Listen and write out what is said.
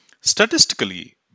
Statistically